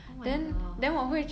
oh my god